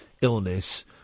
illness